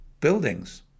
buildings